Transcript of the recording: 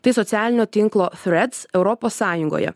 tai socialinio tinklo frets europos sąjungoje